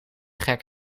gek